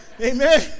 Amen